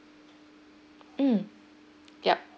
hmm yup